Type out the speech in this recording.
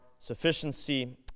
sufficiency